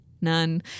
None